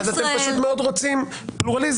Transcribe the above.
אתם פשוט מאוד רוצים פלורליזם,